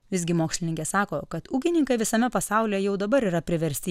visgi mokslininkė sako kad ūkininkai visame pasaulyje jau dabar yra priversti